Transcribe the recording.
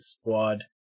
Squad